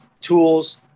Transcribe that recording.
tools